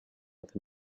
with